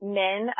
men